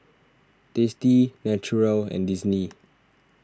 Tasty Naturel and Disney